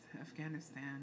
Afghanistan